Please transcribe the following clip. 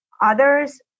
others